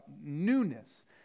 newness